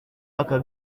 aka